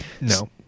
No